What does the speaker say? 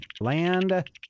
land